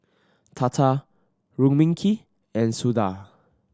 Tata Rukmini and Suda